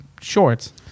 shorts